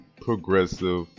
progressive